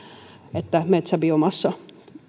että metsäbiomassan